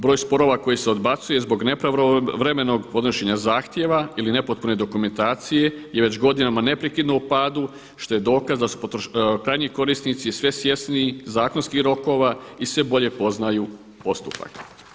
Broj sporova koji se odbacuje zbog nepravovremenog podnošenja zahtjeva ili nepotpune dokumentacije je već godinama neprekidno u padu što je dokaz da su krajnji korisnici sve svjesniji zakonskih rokova i sve bolje poznaju postupak.